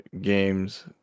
games